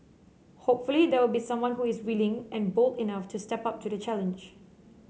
hopefully there will be someone who is willing and bold enough to step up to the challenge